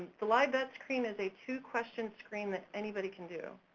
the lie-bet screen is a two question screen that anybody can do,